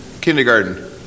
Kindergarten